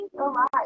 Alive